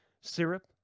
Syrup